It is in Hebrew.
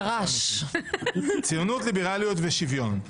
ציונות, ליברליות ושוויון.